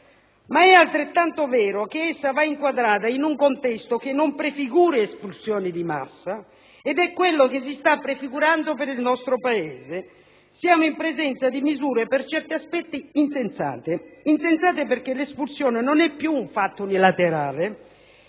ma è altrettanto vero che va inquadrata in un contesto che non prefiguri le espulsioni di massa che si stanno prefigurando per il nostro Paese. Siamo in presenza di misure per certi aspetti insensate: insensate perché l'espulsione non è più un fatto unilaterale,